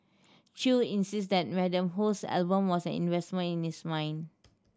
chew insisted that Madam Ho's album was an investment in his mind